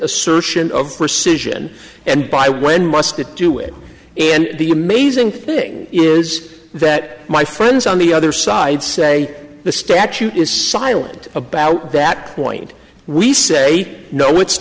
assertion of rescission and by when must it do it and the amazing thing is that my friends on the other side say the statute is silent about that point we say no it's